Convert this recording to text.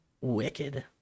wicked